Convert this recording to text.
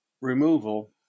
removal